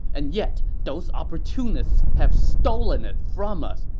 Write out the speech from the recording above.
and yet those opportunists have stolen it from us.